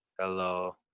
Hello